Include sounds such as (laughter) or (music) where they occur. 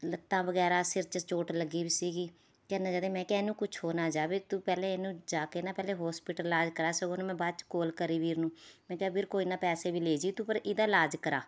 ਲੱਤਾਂ ਵਗੈਰਾ ਸਿਰ 'ਚ ਚੋਟ ਲੱਗੀ ਵੀ ਸੀਗੀ (unintelligible) ਮੈਂ ਕਿਹਾ ਇਹਨੂੰ ਕੁਛ ਹੋ ਨਾ ਜਾਵੇ ਤੂੰ ਪਹਿਲੇ ਇਹਨੂੰ ਜਾ ਕੇ ਨਾ ਪਹਿਲੇ ਹੌਸਪੀਟਲਾਈਜ਼ ਕਰਾ ਸਗੋਂ ਉਹਨੂੰ ਮੈਂ ਬਾਅਦ 'ਚ ਕਾਲ ਕਰੀ ਵੀਰ ਨੂੰ ਮੈਂ ਕਿਹਾ ਵੀਰ ਕੋਈ ਨਾ ਪੈਸੇ ਵੀ ਲੈ ਜੀ ਪਰ ਇਹਦਾ ਇਲਾਜ ਕਰਾ